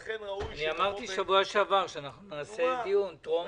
לכן ראוי --- אמרתי בשבוע שעבר שנעשה דיון טרום התקציב.